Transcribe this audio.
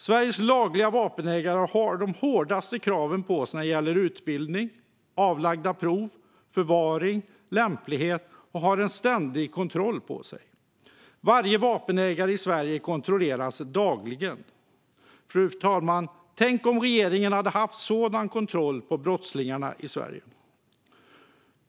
Sveriges lagliga vapenägare har de hårdaste kraven på sig när det gäller utbildning, avlagda prov, förvaring och lämplighet och har en ständig kontroll på sig. Varje vapenägare i Sverige kontrolleras dagligen. Tänk, fru talman, om regeringen hade haft sådan kontroll på brottslingarna i Sverige!